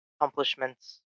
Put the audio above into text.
accomplishments